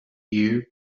year